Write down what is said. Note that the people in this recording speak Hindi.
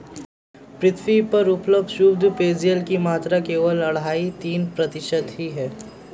पृथ्वी पर उपलब्ध शुद्ध पेजयल की मात्रा केवल अढ़ाई तीन प्रतिशत ही है